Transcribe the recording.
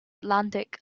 atlantic